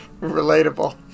Relatable